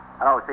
Hello